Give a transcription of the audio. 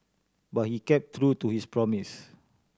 but he kept to his promise